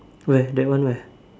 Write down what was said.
where that one where